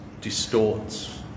distorts